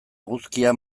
eguzkia